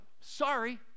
Sorry